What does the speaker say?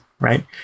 right